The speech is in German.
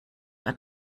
ein